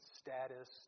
status